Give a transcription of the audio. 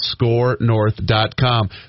scorenorth.com